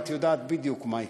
את יודעת בדיוק מה יקרה.